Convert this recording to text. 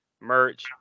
merch